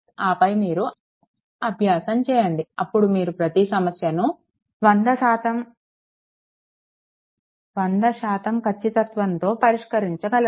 ఆపై మీరు అభ్యాసం చేయండి అప్పుడు మీరు ప్రతి సమస్యను 100 శాతం ఖచ్చితత్వంతో పరిష్కరించగలరు